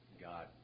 God